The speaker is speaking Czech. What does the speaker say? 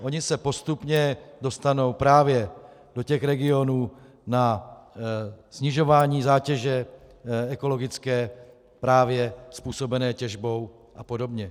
Ony se postupně dostanou právě do těch regionů na snižování zátěže ekologické způsobené těžbou apod.